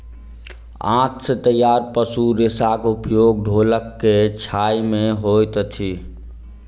आंत सॅ तैयार पशु रेशाक उपयोग ढोलक के छाड़य मे होइत अछि